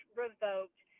revoked